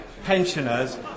Pensioners